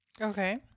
Okay